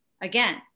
again